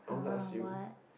!huh! what